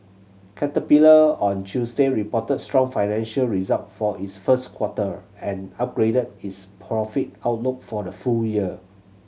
caterpillar on Tuesday reported strong financial resullt for its first quarter and upgraded its profit outlook for the full year